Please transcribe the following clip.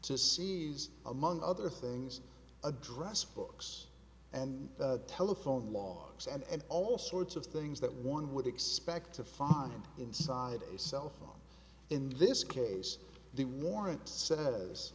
to seize among other things address books and telephone logs and all sorts of things that one would expect to find inside a cell phone in this case the warrant sa